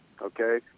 Okay